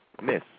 Miss